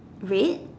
red